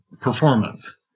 performance